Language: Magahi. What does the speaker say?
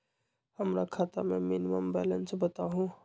हमरा खाता में मिनिमम बैलेंस बताहु?